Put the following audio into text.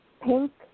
pink